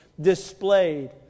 displayed